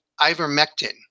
ivermectin